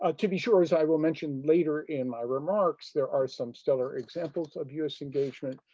ah to be sure, as i will mention later in my remarks, there are some stellar examples of us engagement.